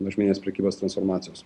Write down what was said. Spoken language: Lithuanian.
mažmeninės prekybos transformacijos